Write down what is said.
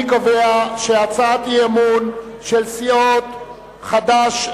אני קובע שהצעת האי-אמון של סיעות חד"ש,